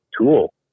tool